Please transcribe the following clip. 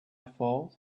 fault